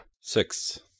Six